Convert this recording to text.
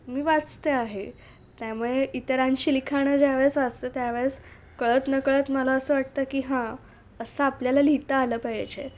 मी वाचते आहे त्यामुळे इतरांची लिखाणं ज्यावेळेस वाचते त्यावेळेस कळत न कळत मला असं वाटतं की हां असं आपल्याला लिहिता आलं पाहिजे